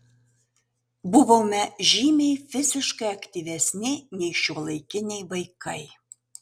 buvome žymiai fiziškai aktyvesni nei šiuolaikiniai vaikai